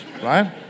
right